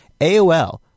AOL